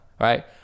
Right